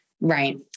Right